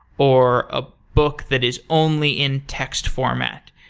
or a book that is only in text format.